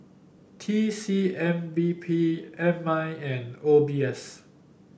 T C M B P M I and O B S